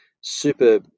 super